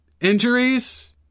injuries